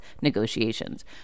negotiations